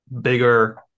bigger